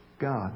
God